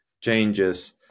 changes